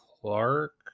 Clark